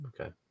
Okay